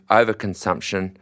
overconsumption